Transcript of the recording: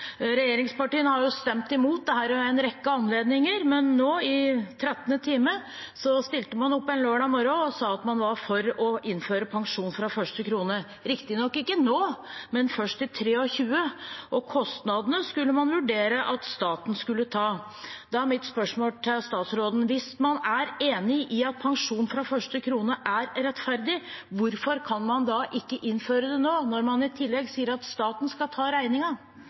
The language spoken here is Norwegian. Regjeringspartiene har stemt imot dette ved en rekke anledninger, men nå, i trettende time, stilte man opp en lørdag morgen og sa at man var for å innføre pensjon fra første krone – riktignok ikke nå, men først i 2023 – og kostnadene skulle man vurdere at staten skulle ta. Det er mitt spørsmål til statsråden: Hvis man er enig i at pensjon fra første krone er rettferdig, hvorfor kan man ikke da innføre det nå, når man i tillegg sier at staten skal ta